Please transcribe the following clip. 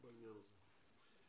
בעניין הזה.